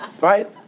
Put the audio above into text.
Right